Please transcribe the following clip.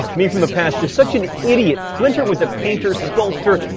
ah me from the past, youire such an idiot. splinter was a painter, sculptor,